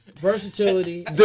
Versatility